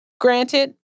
Granted